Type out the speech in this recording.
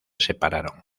separaron